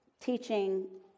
teaching